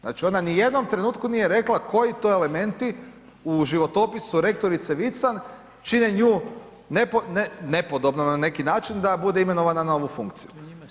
Znači ona u nijednom trenutku nije rekla koji to elementi u životopisu rektorice Vican čine nju nepodobnom na neki način, da bude imenovana na ovu funkciju.